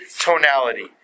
tonality